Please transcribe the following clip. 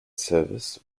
service